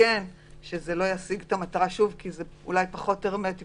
שזה לא ישיג את המטרה כי זה פחות הרמטי